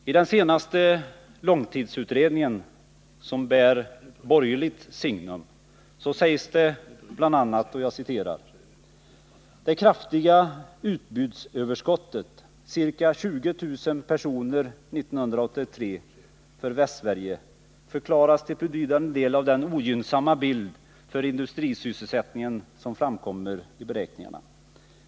I den senaste långtidsutredningen, som bär borgerligt signum, sägs bl.a.: ”Det kraftiga utbudsöverskottet — ca 20 000 personer 1983 — för Västsverige förklaras till betydande del av den ogynnsamma bild för industrisysselsättningen som framkommer i beräkningarna.